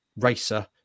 racer